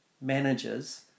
managers